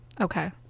Okay